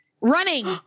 running